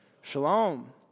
Shalom